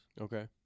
Okay